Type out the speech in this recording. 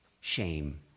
shame